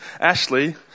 Ashley